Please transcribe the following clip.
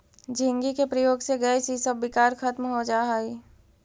झींगी के प्रयोग से गैस इसब विकार खत्म हो जा हई